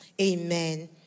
Amen